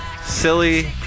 silly